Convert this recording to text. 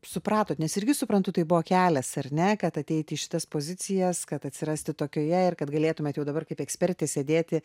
supratot nes irgi suprantu tai buvo kelias ar ne kad ateiti į šitas pozicijas kad atsirasti tokioje kad galėtumėt jau dabar kaip ekspertė sėdėti